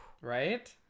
Right